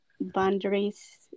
boundaries